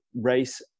race